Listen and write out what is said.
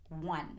one